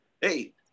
Hey